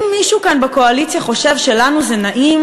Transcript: אם מישהו כאן בקואליציה חושב שלנו זה נעים